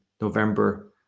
November